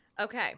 Okay